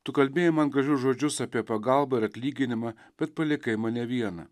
tu kalbėjai man gražius žodžius apie pagalbą atlyginimą bet palikai mane vieną